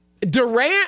Durant